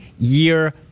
year